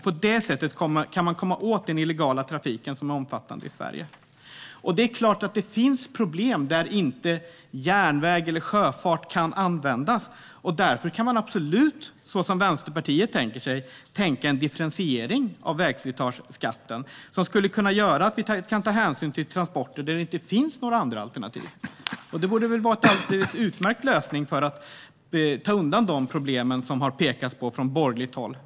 På det sättet kan man komma åt den illegala trafiken, som är omfattande i Sverige. Det är klart att det finns problem där inte järnväg eller sjöfart kan användas. Därför kan man absolut, som Vänsterpartiet gör, tänka sig en differentiering av vägslitageskatten. Då skulle vi kunna ta hänsyn till transporter där det inte finns några andra alternativ. Det borde vara en alldeles utmärkt lösning på de problem med vägslitageskatten som det har pekats på från borgerligt håll.